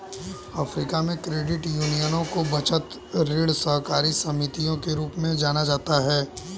Africa में, credit यूनियनों को बचत, ऋण सहकारी समितियों के रूप में जाना जाता है